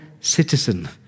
citizen